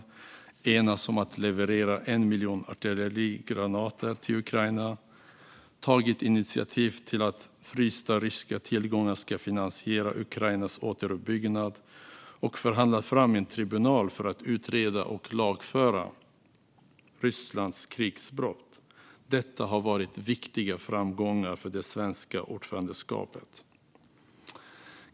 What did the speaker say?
EU har enats om att leverera en miljon artillerigranater till Ukraina, tagit initiativ till att frysta ryska tillgångar ska finansiera Ukrainas återuppbyggnad och förhandlat fram en tribunal för att utreda och lagföra Rysslands krigsbrott. Detta har varit viktiga framgångar för det svenska ordförandeskapet.